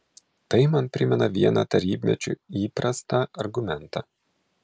tai man primena vieną tarybmečiu įprastą argumentą